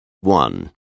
One